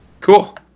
Cool